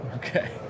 Okay